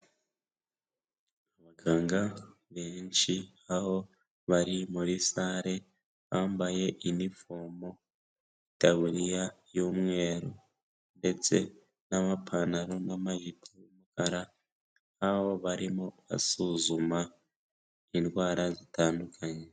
Abaganga benshi aho bari muri sare bambaye unifomo n'amataburiya y'umweru ndetse n'amapantaro n’amajipo barimo basuzuma indwara zitandukanye.